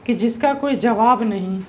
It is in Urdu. کہ جس کا کوئی جواب نہیں